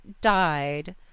died